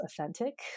authentic